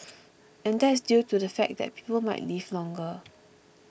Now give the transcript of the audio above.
and that's due to the fact that people might live longer